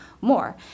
more